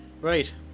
Right